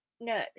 No